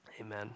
Amen